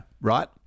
right